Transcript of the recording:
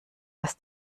dass